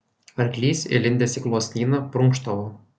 arklys įlindęs į gluosnyną prunkštavo